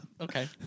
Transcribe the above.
okay